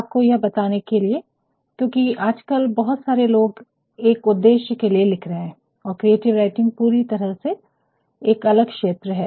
आपको यह बताने के लिए क्योंकि आजकल बहुत सारे लोग एक उद्देश्य के लिए लिख रहे हैं और क्रिएटिव राइटिंग पूरी तरह एक अलग क्षेत्र है